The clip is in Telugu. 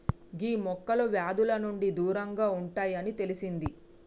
గీ మొక్కలు వ్యాధుల నుండి దూరంగా ఉంటాయి అని తెలిసింది